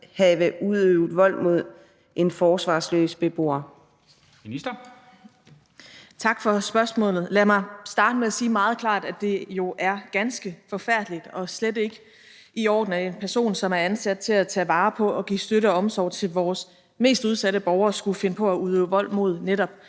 Social- og indenrigsministeren (Astrid Krag): Tak for spørgsmålet. Lad mig starte med at sige meget klart, at det jo er ganske forfærdeligt og slet ikke i orden, at en person, som er ansat til at tage vare på og give støtte og omsorg til vores mest udsatte borgere, skulle finde på at udøve vold mod netop